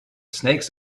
snakes